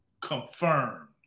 confirmed